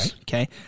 Okay